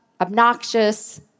obnoxious